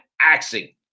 axing